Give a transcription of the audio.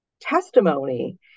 testimony